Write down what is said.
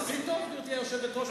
עשית טוב, גברתי היושבת-ראש.